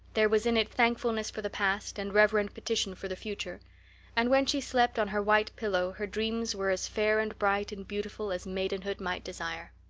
there was in it thankfulness for the past and reverent petition for the future and when she slept on her white pillow her dreams were as fair and bright and beautiful as maidenhood might desire.